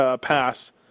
pass